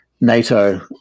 NATO